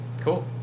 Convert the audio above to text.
cool